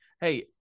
Hey